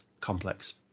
complex